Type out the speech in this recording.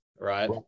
Right